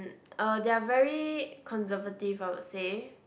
uh they're very conservative I would say